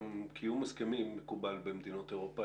גם קיום הסכמים מקובל במדינות אירופה.